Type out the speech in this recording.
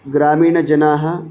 ग्रामीणजनाः